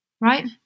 right